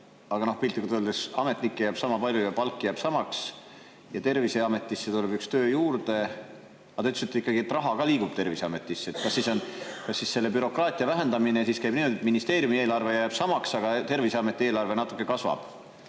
aga piltlikult öeldes ametnikke jääb sama palju, palk jääb samaks ja Terviseametisse tuleb üks töö juurde. Te ütlesite ikkagi, et raha ka liigub Terviseametisse. Kas siis selle bürokraatia vähendamine käib niimoodi, et ministeeriumi eelarve jääb samaks, aga Terviseameti eelarve natuke kasvab?